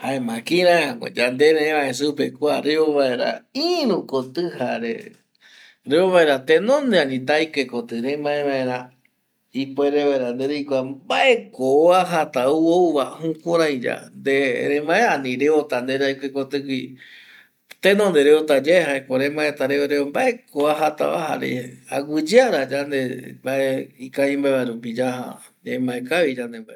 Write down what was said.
Jaema kirai ague ya nde revae supe kua reo vaera iru koti jare reo vaera tenonde ani taikue koti remae vaera ipuere vaera nde reikua mbae ko vuajata ou ou va jukurai ya nde remae ani reota nderaikue koti gui, tenonde reota yae jae ko remae ta reo reo mbaeko vuajata va jare aguiyeara yande mbae ikavimbae va rupi yaja emae kavi yande mbae re